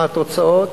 מה התוצאות?